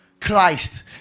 Christ